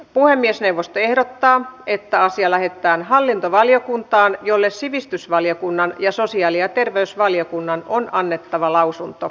puhemiesneuvosto ehdottaa että asia lähetetään hallintovaliokuntaan jolle sivistysvaliokunnan ja sosiaali ja terveysvaliokunnan on annettava lausunto